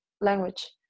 language